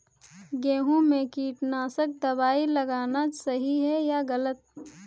गेहूँ में कीटनाशक दबाई लगाना सही है या गलत?